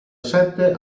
sette